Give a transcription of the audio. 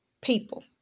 people